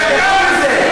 אני מבקשת לשבת.